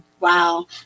Wow